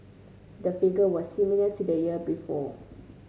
the figure was similar to the year before